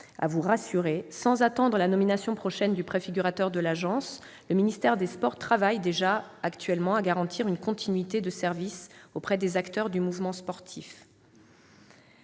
à vous rassurer. Sans attendre la nomination prochaine du préfigurateur de l'agence, le ministère des sports travaille déjà actuellement à garantir une continuité de service auprès des acteurs du mouvement sportif.